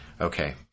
Okay